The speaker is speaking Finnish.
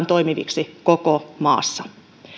toimiviksi koko maassa